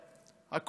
הכול על הקרח.